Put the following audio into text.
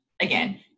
Again